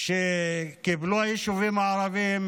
שקיבלו היישובים הערביים,